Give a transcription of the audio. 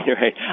right